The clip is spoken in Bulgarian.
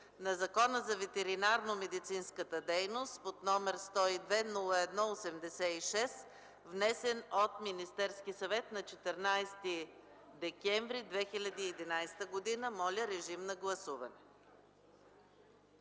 на Закона за ветеринарномедицинската дейност под № 102-01-86, внесен от Министерския съвет на 14 декември 2011 г. Докато тече гласуването